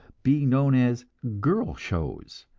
being known as girl shows,